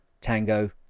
Tango